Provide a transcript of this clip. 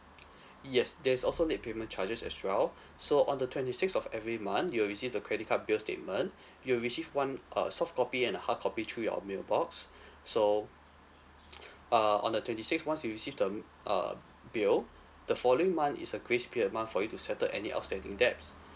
yes there is also late payment charges as well so on the twenty sixth of every month you will receive the credit card bill statement you'll receive one err soft copy and a hard copy through your mailbox so uh on the twenty sixth once you receive the uh bill the following month is a grace period month for you to settle any outstanding debts